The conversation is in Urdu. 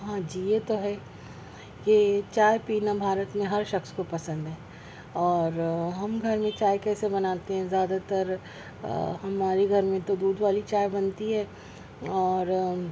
ہاں جی یہ تو ہے یہ چائے پینا بھارت میں ہر شخص کو پسند ہے اور ہم گھر میں چائے کیسے بناتے ہیں زیادہ تر ہمارے گھر میں تو دودھ والی چائے بنتی ہے اور